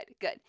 good